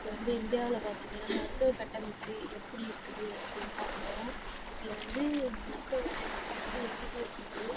இப்போ வந்து இந்தியாவில் பார்த்தீங்கன்னா மருத்துவக் கட்டமைப்பு எப்படி இருக்குது அப்படின்னு பார்க்கப் போகிறோம் இதில் வந்து மருத்துவக் கட்டமைப்பு வந்து எம்பிபிஎஸ் சீட்டு